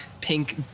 pink